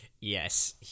Yes